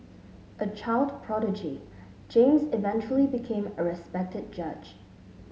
a child prodigy James eventually became a respected judge